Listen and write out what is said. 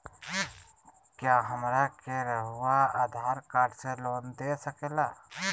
क्या हमरा के रहुआ आधार कार्ड से लोन दे सकेला?